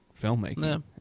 filmmaking